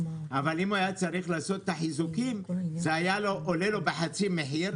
אבל לעשות את החיזוקים זה היה עולה חצי מחיר,